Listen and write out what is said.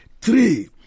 Three